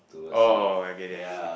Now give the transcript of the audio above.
oh I get it I get it